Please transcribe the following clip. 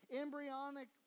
embryonic